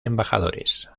embajadores